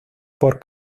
por